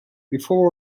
before